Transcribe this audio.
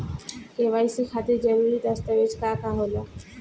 KYC खातिर जरूरी दस्तावेज का का होला?